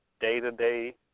day-to-day